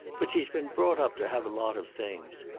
but she's been brought up to have a lot of things.